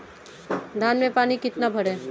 धान में पानी कितना भरें?